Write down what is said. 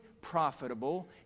profitable